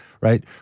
right